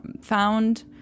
found